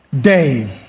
day